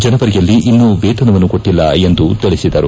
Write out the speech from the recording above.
ಜನವರಿಯಲ್ಲಿ ಇನ್ನು ವೇತನವನ್ನು ಕೊಟ್ಟಲ್ಲ ಎಂದು ತಿಳಿಸಿದರು